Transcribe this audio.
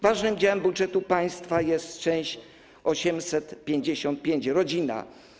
Ważnym działem budżetu państwa jest dział 855: Rodzina.